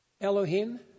Elohim